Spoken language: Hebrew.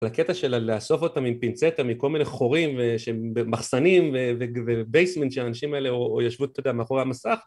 הקטע של לאסוף אותם עם פינצטה, מכל מיני חורים ומחסנים, ובייסמנט של האנשים האלה או יושבות, אתה יודע, מאחורי המסך.